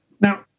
Now